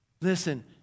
Listen